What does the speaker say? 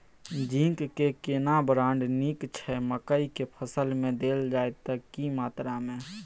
Zinc के केना brand नीक छैय मकई के फसल में देल जाए त की मात्रा में?